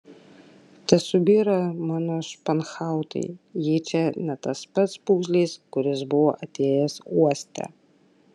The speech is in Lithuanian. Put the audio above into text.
tesubyra mano španhautai jei čia ne tas pats pūgžlys kuris buvo atėjęs uoste